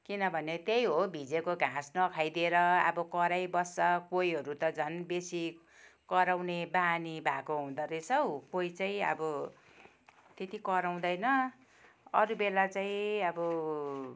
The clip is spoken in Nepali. किनभने त्यही हो भिजेको घाँस नखाइदिएर अब कराइबस्छ कोहीहरू त झन् बेसी कराउने बानी भएको हुँदोरहेछ हौ कोी चाहिँ अब त्यति कराउँदैन अरू बेला चाहिँ अब